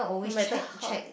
no matter how they